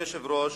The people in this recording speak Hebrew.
אדוני היושב-ראש,